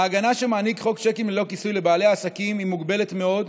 ההגנה שמעניק חוק צ'קים ללא כיסוי לבעלי העסקים מוגבלת מאוד,